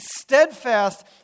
steadfast